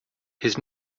his